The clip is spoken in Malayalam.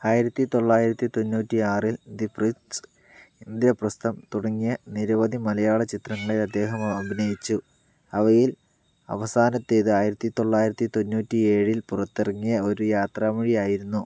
ആയിരത്തി തൊള്ളായിരത്തി തൊന്നൂറ്റിയാറിൽ ദി പ്രിൻസ് ഇന്ദ്രപ്രസ്ഥം തുടങ്ങിയ നിരവധി മലയാള ചിത്രങ്ങളിൽ അദ്ദേഹം അഭിനയിച്ചു അവയിൽ അവസാനത്തേത് ആയിരത്തി തൊള്ളായിരത്തി തൊന്നൂറ്റിയേഴിൽ പുറത്തിറങ്ങിയ ഒരു യാത്രമൊഴി ആയിരുന്നു